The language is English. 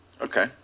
Okay